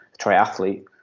triathlete